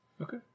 Okay